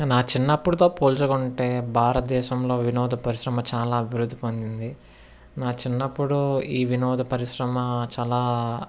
నా చిన్నప్పుడుతో పోల్చుకుంటే భారతదేశంలో వినోద పరిశ్రమ చాలా అభివృద్ధి పొందింది నా చిన్నప్పుడు ఈ వినోద పరిశ్రమ చాలా